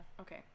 Okay